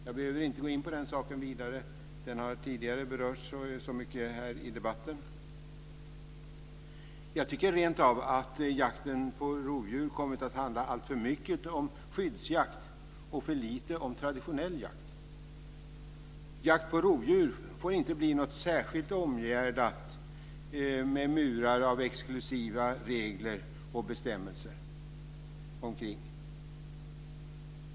Jag behöver inte gå in på den saken vidare. Den har tidigare berörts här i debatten. Jag tycker rentav att jakten på rovdjur kommit att handla alltför mycket om skyddsjakt och för lite om traditionell jakt. Jakt på rovdjur får inte bli särskilt omgärdat med murar av exklusiva regler och bestämmelser.